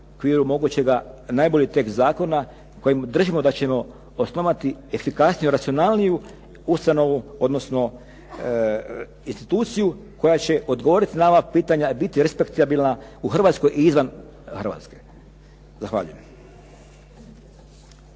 okviru mogućega najbolji tekst zakona kojim držimo da ćemo osnovati efikasniju i racionalniju ustanovu odnosno instituciju koja će odgovoriti na ova pitanja i biti respektabilna u Hrvatskoj i izvan Hrvatske. Zahvaljujem.